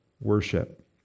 worship